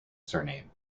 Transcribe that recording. surname